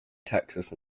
texas